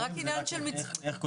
זה רק עניין של ---- איך כותבים.